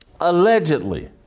allegedly